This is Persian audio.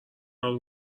آروم